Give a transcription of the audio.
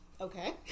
Okay